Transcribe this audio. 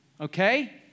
okay